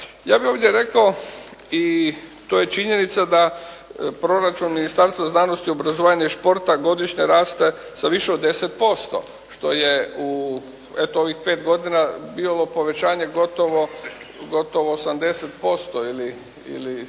Ja bih ovdje rekao i to je činjenica da proračun Ministarstva znanosti, obrazovanja i športa godišnje raste sa više od 10%, što je u, eto ovih 5 godina bilo povećanje gotovo 80% ili